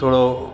थोरो